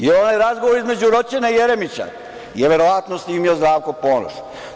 Jer, onaj razgovor između Roćena i Jeremića je verovatno snimio Zdravko Ponoš.